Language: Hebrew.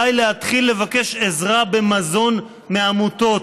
עליי להתחיל לבקש עזרה במזון מעמותות.